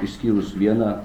išskyrus vieną